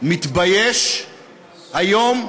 מתבייש היום,